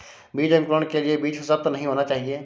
बीज अंकुरण के लिए बीज सुसप्त नहीं होना चाहिए